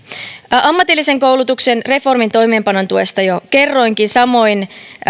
ammatillisen koulutuksen reformin toimeenpanon tuesta jo kerroinkin samoin haluan